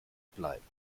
bleiben